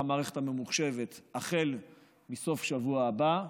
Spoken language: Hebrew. המערכת הממוחשבת כבר החל מסוף שבוע הבא,